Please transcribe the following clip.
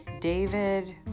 David